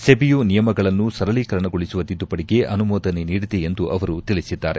ಸೆಬಿಯು ನಿಯಮಗಳನ್ನು ಸರಳಕರಣಗೊಳಿಸುವ ತಿದ್ಲುಪಡಿಗೆ ಅನುಮೋದನೆ ನೀಡಿದೆ ಎಂದು ಅವರು ತಿಳಿಸಿದ್ದಾರೆ